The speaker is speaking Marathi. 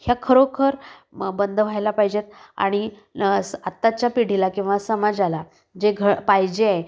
ह्या खरोखर मग बंद व्हायला पाहिजे आहेत आणि न असं आत्ताच्या पिढीला किंवा समाजाला जे घ पाहिजे आहे